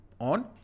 on